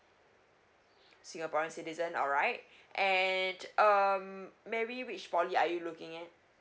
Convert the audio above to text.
singaporean citizen alright and um mary which P_O_L_Y are you looking at